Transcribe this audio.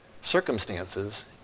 circumstances